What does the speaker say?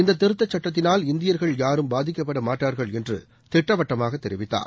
இந்த திருத்தச் சட்டத்தினால் இந்தியர்கள் யாரும் பாதிக்கப்படமாட்டார்கள் என்று திட்டவட்டமாக தெரிவித்தார்